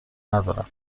ندارم